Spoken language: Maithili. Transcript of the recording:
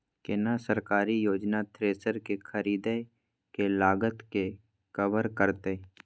केना सरकारी योजना थ्रेसर के खरीदय के लागत के कवर करतय?